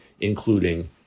including